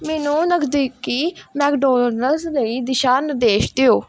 ਮੈਨੂੰ ਨਜ਼ਦੀਕੀ ਮੈਕਡੋਨਲਡਜ਼ ਲਈ ਦਿਸ਼ਾ ਨਿਰਦੇਸ਼ ਦਿਓ